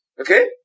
okay